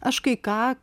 aš kai ką